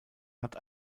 hat